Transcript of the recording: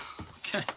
Okay